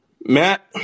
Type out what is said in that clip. Matt